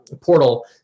portal